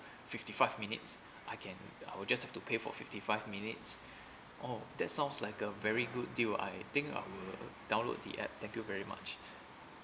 fifty five minutes I can I would just have to pay for fifty five minutes oh that sounds like a very good deal I think I will download the app thank you very much